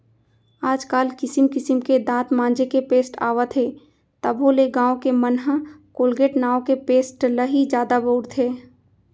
आज काल किसिम किसिम के दांत मांजे के पेस्ट आवत हे तभो ले गॉंव के मन ह कोलगेट नांव के पेस्ट ल ही जादा बउरथे